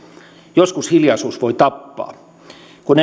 joskus hiljaisuus voi tappaa kun